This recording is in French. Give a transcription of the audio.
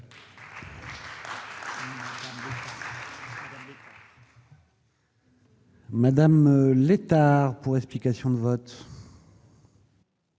Valérie Létard, pour explication de vote.